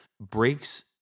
Breaks